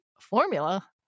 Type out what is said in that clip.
formula